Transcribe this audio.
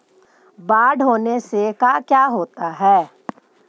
बाढ़ होने से का क्या होता है?